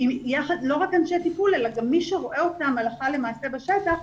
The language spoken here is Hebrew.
לא רק אנשי טיפול אלא גם מי שרואה אותם הלכה למעשה בשטח,